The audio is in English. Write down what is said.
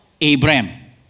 Abraham